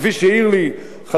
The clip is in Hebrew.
חבר הכנסת אלדד,